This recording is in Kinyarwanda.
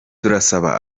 turasaba